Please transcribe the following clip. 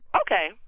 Okay